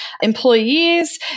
employees